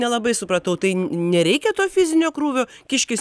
nelabai supratau tai nereikia to fizinio krūvio kiškis